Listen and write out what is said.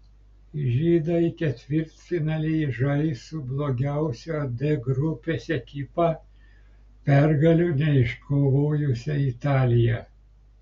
žydai ketvirtfinalyje žais su blogiausia d grupės ekipa pergalių neiškovojusia italija